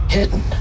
Hidden